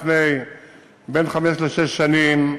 לפני בין חמש לשש שנים,